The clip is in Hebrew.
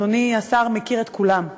אדוני השר מכיר את כולם.